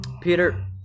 Peter